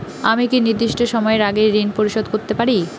আমি কি নির্দিষ্ট সময়ের আগেই ঋন পরিশোধ করতে পারি?